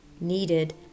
needed